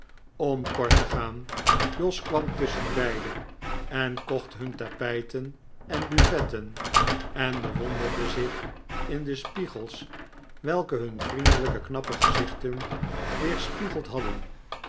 om kort te gaan jos kwam tusschenbeide en kocht hun tapijten en buffetten en bewonderde zich in de spiegels welke hun vriendelijke knappe gezichten weerspiegeld hadden